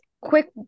quick